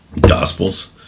Gospels